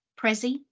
Prezi